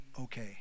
okay